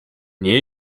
nii